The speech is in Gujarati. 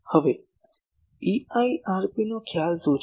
હવે EIRP નો ખ્યાલ શું છે